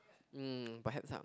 mm perhaps lah